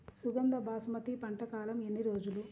సుగంధ బాసుమతి పంట కాలం ఎన్ని రోజులు?